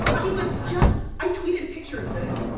he was just i tweeted a picture of this.